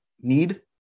need